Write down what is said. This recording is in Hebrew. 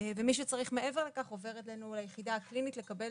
מי שצריך מעבר לכך עובר ליחידה הקלינית לקבל